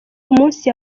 umunsi